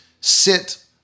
sit